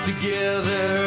together